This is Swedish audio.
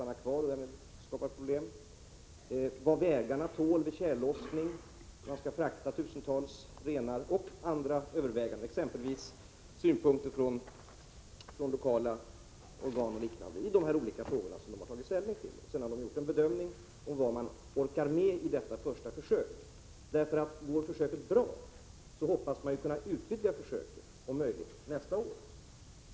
Vidare har man haft att ta ställning till vad vägarna tål vid tjällossningen, när tusentals renar skall fraktas, och man har haft att överväga exempelvis synpunkter från lokala organ. Sedan har lantbruksstyrelsen gjort en bedömning av vad man orkar med i detta första försök. Går försöket bra, hoppas man ju kunna utvidga försöket nästa år.